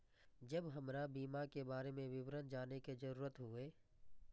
जब हमरा बीमा के बारे में विवरण जाने के जरूरत हुए?